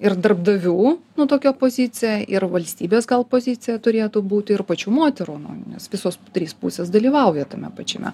ir darbdavių nu tokia pozicija ir valstybės gal pozicija turėtų būti ir pačių moterų nu nes visos trys pusės dalyvauja tame pačiame